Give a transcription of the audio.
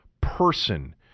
person